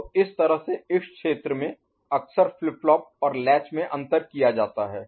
तो इस तरह से इस क्षेत्र में अक्सर फ्लिप फ्लॉप और लैच में अंतर किया जाता है